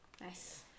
Nice